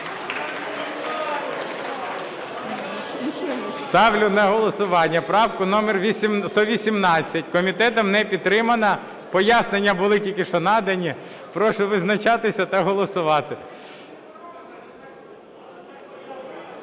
Ставлю на голосування правку номер 118. Комітетом не підтримана, пояснення були тільки що надані. Прошу визначатися та голосувати.